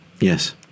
Yes